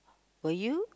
will you